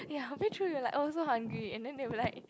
ya a bit true we are like oh so hungry and then they were like